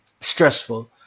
stressful